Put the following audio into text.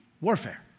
warfare